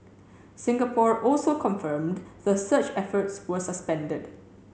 Singapore also confirmed the search efforts was suspended